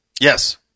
Yes